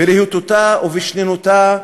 בלהיטותה ובשנינותה,